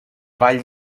vall